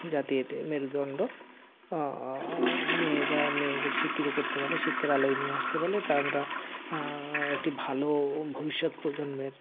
জাতির মেরুদন্ড মেয়েরা মেয়েদের শিক্ষিত করতে পারলে শিক্ষার আলোয় নিয়ে আসতে পারলে তা আমরা একটি ভালো ভবিষ্যৎ প্রজন্মের